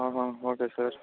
okay sir